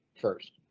first